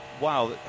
Wow